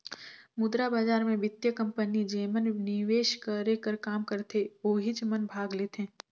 मुद्रा बजार मे बित्तीय कंपनी जेमन निवेस करे कर काम करथे ओहिच मन भाग लेथें